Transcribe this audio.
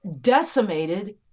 decimated